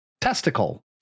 Testicle